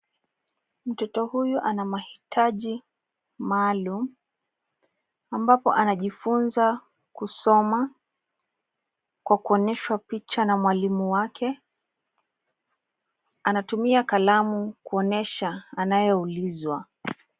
Mtoto huyu ana maitaji maalum ambapo anajifunza kusoma kwa kuonyeshwa picha na mwalimu wake. Anatumia kalamu kuonyesha anayoulizwa.